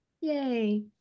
Yay